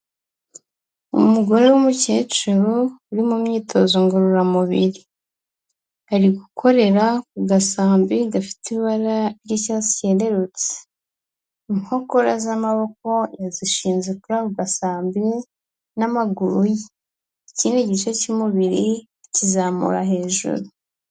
Umugore w'umukecuru uri mu myitozo ngororamubiri, ari gukorera ku gasambi gafite ibara ry'icyatsi yarerutse, inkokora z'amaboko yazishinze kuri ako gasambi, n'amaguru ye, ikindi gice cy'umubiri akizamura hejuru.